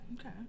Okay